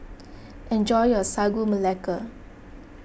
enjoy your Sagu Melaka